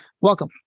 Welcome